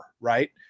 right